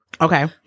Okay